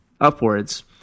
upwards